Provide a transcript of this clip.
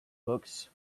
books